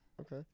Okay